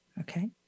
Okay